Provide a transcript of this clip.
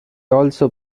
also